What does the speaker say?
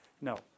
No